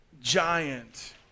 giant